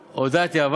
והודעתי.